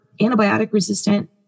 antibiotic-resistant